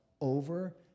over